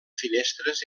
finestres